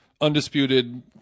undisputed